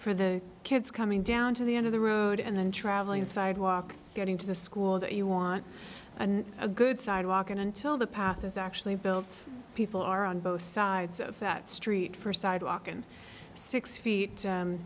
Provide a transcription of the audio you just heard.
for the kids coming down to the end of the road and then traveling sidewalk getting to the school that you want a good sidewalk in until the path is actually built people are on both sides of that street for sidewalk and six feet